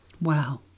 Wow